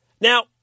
Now